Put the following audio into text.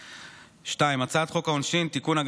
2. הצעת חוק העונשין (תיקון,